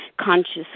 conscious